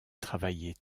travailler